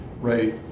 right